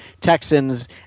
Texans